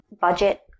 budget